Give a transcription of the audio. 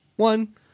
One